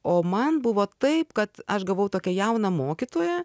o man buvo taip kad aš gavau tokią jauną mokytoją